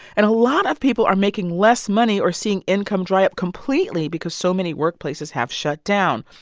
and a lot of people are making less money or seeing income dry up completely because so many workplaces have shut down.